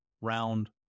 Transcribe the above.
round